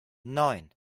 neun